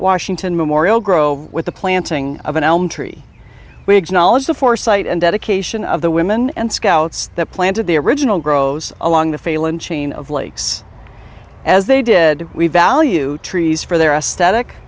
washington memorial grow with the planting of an elm tree knowledge the foresight and dedication of the women and scouts that planted the original grows along the failing chain of lakes as they did we value trees for their aesthetic